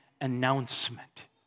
announcement